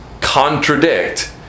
contradict